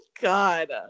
God